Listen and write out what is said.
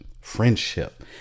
friendship